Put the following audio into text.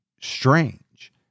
strange